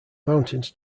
mountains